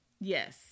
Yes